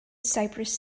cyprus